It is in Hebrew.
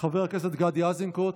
חבר הכנסת מיכאל מרדכי ביטון,